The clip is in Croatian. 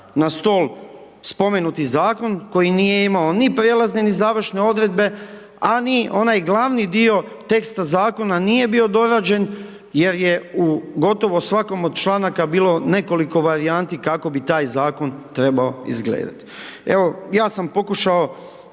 na stol spomenuti Zakon koji nije imao ni prijelazne, ni završne odredbe, a ni onaj glavni dio teksta Zakona nije bio dorađen jer je u gotovo svakome od članaka bilo nekoliko varijanti kako bi taj Zakon trebao izgledati. Evo, ja sam pokušao